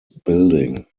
building